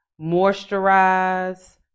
moisturize